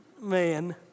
Man